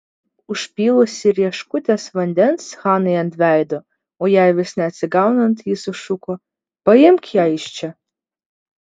užpylusi rieškutes vandens hanai ant veido o jai vis neatsigaunant ji sušuko paimk ją iš čia